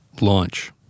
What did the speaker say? Launch